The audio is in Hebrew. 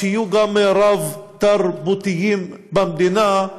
שיהיו רב-תרבותיים במדינה,